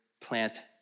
plant